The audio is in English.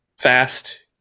fast